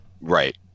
Right